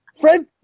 Fred